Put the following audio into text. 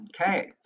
Okay